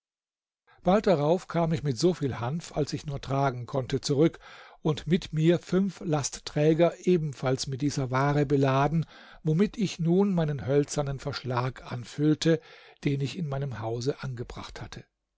bald darauf kam ich mit so viel hanf als ich nur tragen konnte zurück und mit mir fünf lastträger ebenfalls mit dieser ware beladen womit ich nun meinen hölzernen verschlag anfüllte den ich in meinem hause angebracht hatte